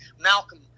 Malcolm